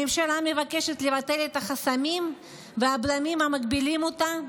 הממשלה מבקשת לבטל את החסמים והבלמים המגבילים אותה.